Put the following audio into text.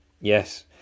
Yes